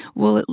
well,